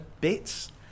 bits